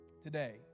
today